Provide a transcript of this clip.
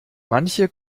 manche